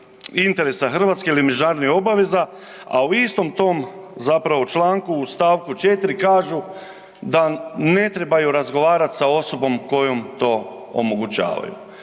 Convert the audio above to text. interesa Hrvatske ili međunarodnih obaveza, a u istom tom zapravo članku u stavku 4. kažu da ne trebaju razgovarati sa osobom kojom to omogućavaju.